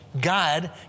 God